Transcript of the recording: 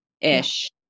ish